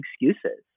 excuses